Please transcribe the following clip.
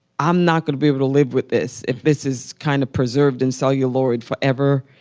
i'm not going to be able to live with this if this is kind of preserved in celluloid forever.